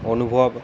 অনুভব